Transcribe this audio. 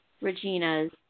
Regina's